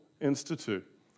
Institute